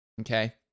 okay